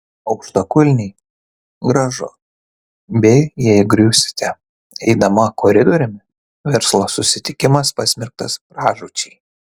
aukštakulniai gražu bei jei griūsite eidama koridoriumi verslo susitikimas pasmerktas pražūčiai